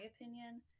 opinion